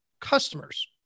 customers